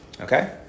Okay